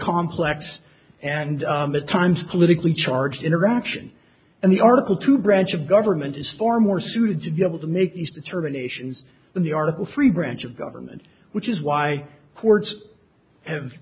complex and at times politically charged interaction and the article two branch of government is far more suited to be able to make these determinations than the article three branch of government which is why courts have